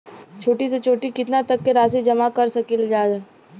छोटी से छोटी कितना तक के राशि जमा कर सकीलाजा?